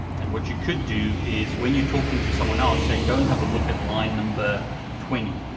and what you could do is, when you're talking to someone else, say, go and have a look at line number twenty,